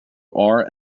are